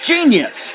Genius